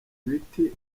ibiti